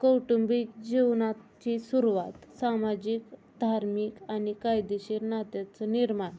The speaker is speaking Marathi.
कौटुंबिक जीवनाची सुरुवात सामाजिक धार्मिक आणि कायदेशीर नात्याचं निर्माण